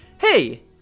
Hey